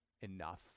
enough